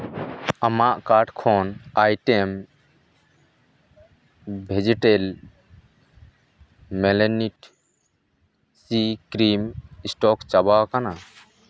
ᱟᱢᱟᱜ ᱠᱟᱨᱴ ᱠᱷᱚᱱ item vegetal melanite C cream stock ᱪᱟᱵᱟᱣ ᱠᱟᱱᱟ